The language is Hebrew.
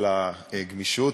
על הגמישות,